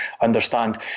understand